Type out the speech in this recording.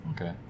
okay